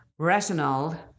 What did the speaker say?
retinol